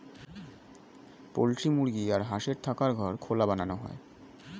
poultry মুরগি আর হাঁসের থাকার ঘর খোলা বানানো হয়